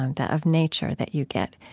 and of nature that you get,